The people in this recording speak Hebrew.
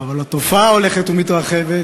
אבל התופעה ההולכת ומתרחבת